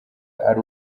ari